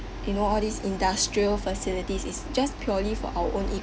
you know all these industrial facilities is just purely for our own